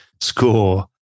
Score